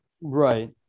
Right